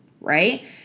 right